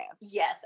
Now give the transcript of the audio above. Yes